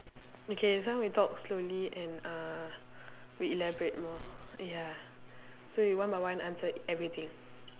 okay so we talk slowly and uh we elaborate more ya so we one by one answer everything